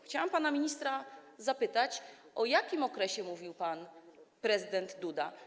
Chciałam pana ministra zapytać, o jakim okresie mówił pan prezydent Duda.